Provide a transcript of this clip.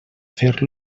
fer